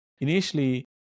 Initially